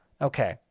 Okay